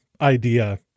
idea